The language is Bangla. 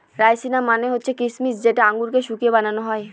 রাইসিনা মানে হচ্ছে কিসমিস যেটা আঙুরকে শুকিয়ে বানানো হয়